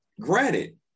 Granted